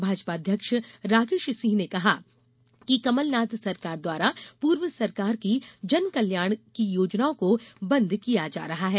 भाजपा अध्यक्ष राकेष सिंह ने कहा कि कमल नाथ सरकार द्वारा पूर्व सरकार की जनकल्याण की योजनाओं को बंद किया जा रहा है